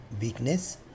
weakness